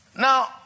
Now